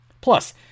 Plus